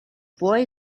boy